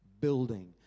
building